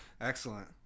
Excellent